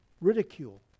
Ridicule